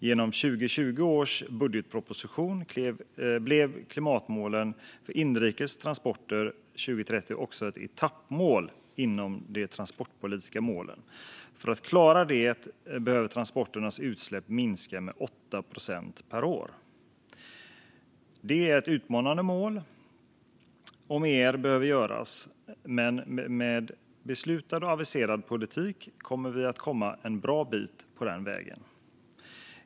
Genom 2020 års budgetproposition blev klimatmålet för inrikes transporter 2030 också ett etappmål inom de transportpolitiska målen. För att klara det behöver transporternas utsläpp minska med 8 procent per år. Det är ett utmanande mål, och mer behöver göras. Men med beslutad och aviserad politik kommer vi att komma en bra bit på väg.